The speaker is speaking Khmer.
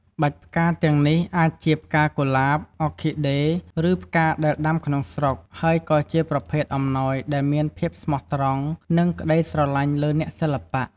បាច់ផ្កាទាំងនេះអាចជា ផ្កាកុលាប អ៊ូឃីដេ ឬផ្កាដែលដាំក្នុងស្រុក ហើយក៏ជាប្រភេទអំណោយដែលមានភាពស្មោះត្រង់ និងក្តីស្រឡាញ់លើអ្នកសិល្បៈ។